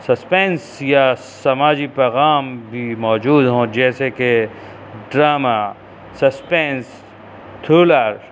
suspense یا سماجی پغام بھی موجود ہوں جیسے کہ ڈرامہ سسپینس تھریل